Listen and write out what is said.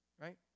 Right